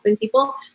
people